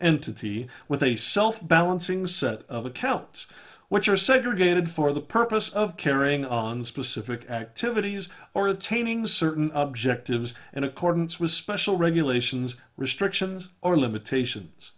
entity with a self balancing set of accounts which are segregated for the purpose of carrying on specific activities or attaining certain objectives in accordance with special regulations restrictions or limitations